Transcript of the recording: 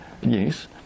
Yes